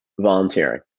volunteering